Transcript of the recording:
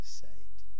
saved